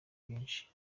byinshi